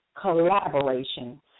collaboration